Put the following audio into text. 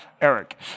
Eric